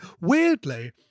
weirdly